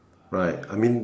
right I mean